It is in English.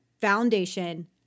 foundation